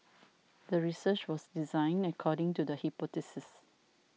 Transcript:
the research was designed according to the hypothesis